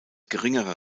geringerer